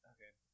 Okay